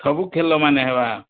ସବୁ ଖେଲ ମାନେ ହେବା